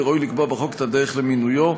וראוי לקבוע בחוק את דרך מינויו.